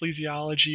ecclesiology